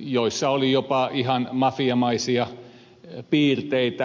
joissa oli jopa ihan mafiamaisia piirteitä paperiyhdistyksiä